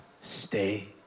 stay